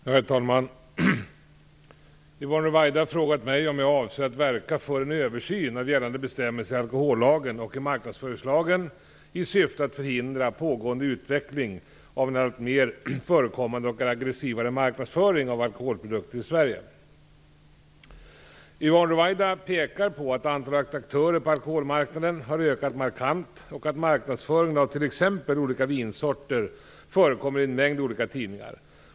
Herr talman! Yvonne Ruwaida har frågat mig om jag avser att verka för en översyn av gällande bestämmelser i alkohollagen och i marknadsföringslagen i syfte att förhindra pågående utveckling av en alltmer förekommande och aggressivare marknadsföring av alkoholprodukter i Sverige. Yvonne Ruwaida pekar på att antalet aktörer på alkoholmarknaden har ökat markant och att marknadsföringen av t.ex. olika vinsorter förekommer i en mängd olika tidningar.